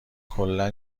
کلا